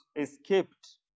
escaped